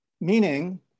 Meaning